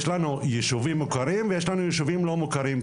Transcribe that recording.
יש לנו ישובים מוכרים ויש לנו ישובים לא מוכרים.